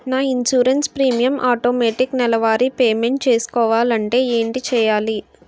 నా insurance premium automatic నెలవారి payment చేసుకోవాలంటే ఏంటి చేయాలి?